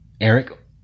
Eric